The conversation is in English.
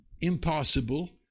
impossible